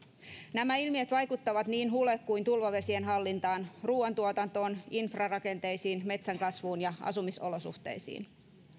nämä ilmiöt vaikuttavat niin hule kuin tulvavesien hallintaan ruoantuotantoon infrarakenteisiin metsän kasvuun ja asumisolosuhteisiin